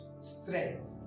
strength